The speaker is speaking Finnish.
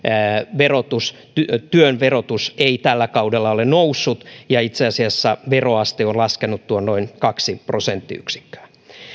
työn verotus ei tällä kaudella ole noussut ja itse asiassa veroaste on laskenut noin kaksi prosenttiyksikköä